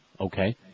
Okay